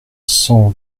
cent